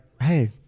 Hey